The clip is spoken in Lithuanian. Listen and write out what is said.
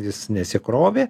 jis nesikrovė